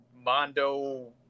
Mondo